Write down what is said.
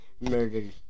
murdered